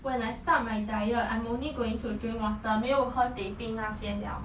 when I start my diet I'm only going to drink water 没有喝 teh peng 那些了